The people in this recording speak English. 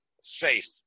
safe